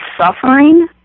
suffering